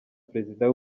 perezida